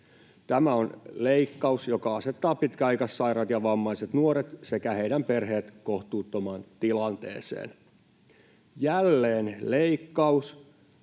Tämä on leikkaus, joka asettaa pitkäaikaissairaat ja vammaiset nuoret sekä heidän perheensä kohtuuttomaan tilanteeseen — jälleen leikkaus,